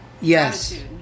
Yes